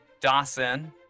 Dawson